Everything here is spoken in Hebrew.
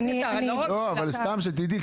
סתם שתדעי,